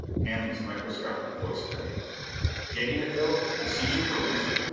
hanley's microscopic voice cut in getting it, phil? to seize you for ransom!